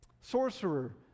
sorcerer